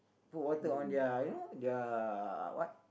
put water on their you know their what